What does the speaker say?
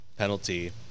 penalty